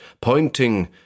pointing